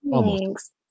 Thanks